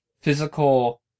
physical